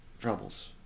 troubles